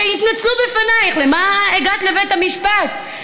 התנצלו בפנייך, למה הגעת לבית המשפט?